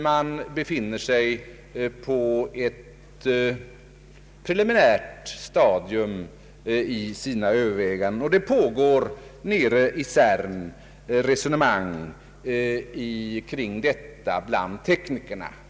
Man befinner sig på ett preliminärt stadium i sina överväganden, och bland teknikerna i CERN pågår nu resonemang kring detta.